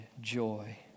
joy